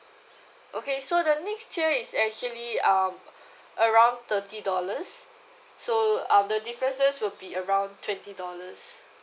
okay so the next tier is actually um around thirty dollars so um the differences will be around twenty dollars